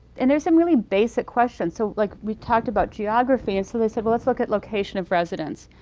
and there's some really basic questions, so like we talked about geography and so they said, well, let's look at location of residence.